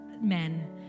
men